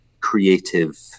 creative